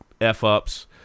F-ups